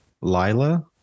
Lila